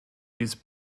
used